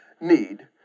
need